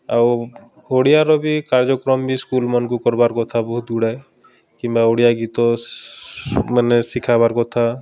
ଆଉ ଓଡ଼ିଆର ବି କାର୍ଯ୍ୟକ୍ରମ୍ ବି ସ୍କୁଲ୍ମାନ୍କୁ କର୍ବାର୍ କଥା ବହୁତ୍ ଗୁଡ଼ାଏ କିମ୍ବା ଓଡ଼ିଆ ଗୀତମାନେ ଶିଖାବାର୍ କଥା